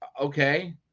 Okay